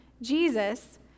Jesus